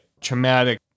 traumatic